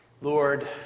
Lord